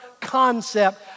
concept